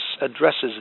addresses